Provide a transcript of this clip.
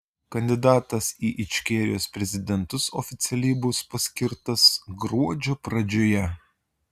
kandidatas į ičkerijos prezidentus oficialiai bus paskirtas gruodžio pradžioje